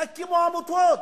יקימו עמותות,